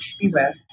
Beware